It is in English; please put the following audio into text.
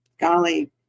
Golly